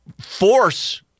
force